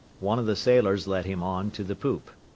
one of the sailors led him on to the poop.